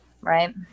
right